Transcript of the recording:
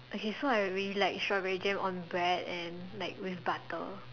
okay so I really like strawberry jam on bread and like with butter